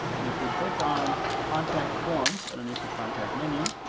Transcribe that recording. and if we click on contact forms underneath the contact menu,